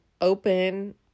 open